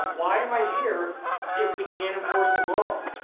why am i here if we can't enforce the law?